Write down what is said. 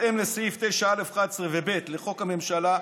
בהתאם לסעיף 9א(11) וב לחוק הממשלה,